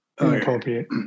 Inappropriate